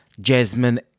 Jasmine